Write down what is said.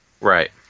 Right